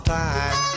time